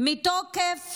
מתוקף